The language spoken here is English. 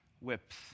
whips